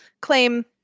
claim